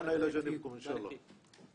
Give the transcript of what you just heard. אני רוצה להגיד לך,